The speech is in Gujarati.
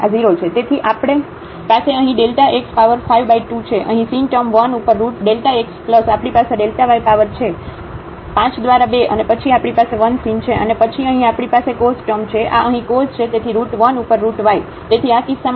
તેથી આપણી પાસે અહીં Δ x પાવર 5 બાય 2 છે પછી sin ટર્મ 1 ઉપર રુટ Δ x આપણી પાસે Δ y પાવર છે 5 દ્વારા 2 અને પછી આપણી પાસે 1 sin છે અને પછી અહીં આપણી પાસે cos ટર્મ છે આ અહીં cos છે તેથી રુટ 1 ઉપર રુટ y